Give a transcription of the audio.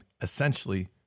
essentially